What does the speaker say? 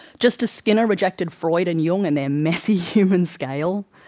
just as skinner rejected freud and jung and their messy human scale,